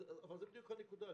זה בדיוק הנקודה,